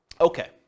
Okay